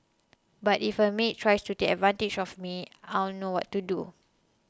but if a maid tries to take advantage of me I'll know what to do